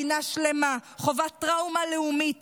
מדינה שלמה חווה טראומה לאומית,